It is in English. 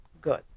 Good